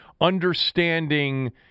understanding